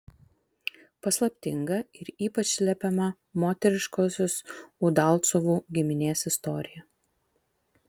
paslaptinga ir ypač slepiama moteriškosios udalcovų giminės istorija